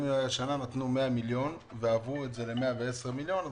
אם השנה נתנו 100 מיליון והסכום הגיע ל-110 מיליון,